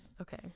okay